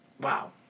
Wow